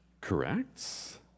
Correct